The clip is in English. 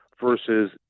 versus